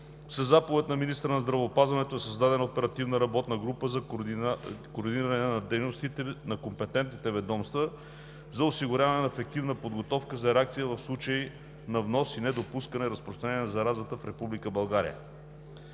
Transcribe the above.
със заповед на министъра на здравеопазването е създадена оперативна работна група за координиране на дейностите на компетентните ведомства за осигуряване на ефективна подготовка за реакция в случаи на внос и недопускане разпространение на заразата в Република България.